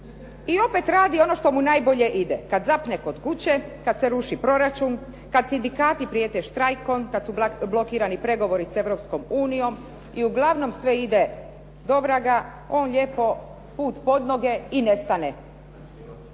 I opet radi ono što mu najbolje ide, kad zapne kod kuće, kad se ruši proračun, kad sindikati prijete štrajkom, kad su blokirani pregovori s Europskom unijom i uglavnom sve ide do vraga on lijepo put pod noge i nestane.